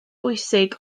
bwysig